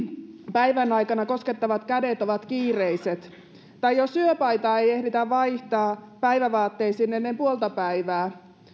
päivän aikana koskettavat kädet ovat kiireiset tai jos yöpaitaa ei ehditä vaihtaa päivävaatteisiin ennen puolta päivää